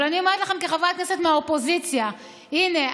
אבל אני אומרת לכם כחברת כנסת מהאופוזיציה: הינה,